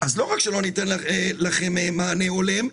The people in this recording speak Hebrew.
אז לא רק שלא ניתן לכם מענה הולם,